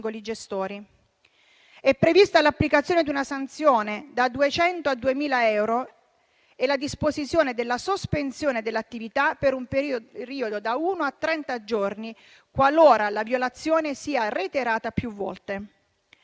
previste l'applicazione di una sanzione da 200 a 2000 euro e la disposizione della sospensione dell'attività per un periodo da uno a trenta giorni qualora la violazione sia reiterata più volte.